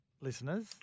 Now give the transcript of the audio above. listeners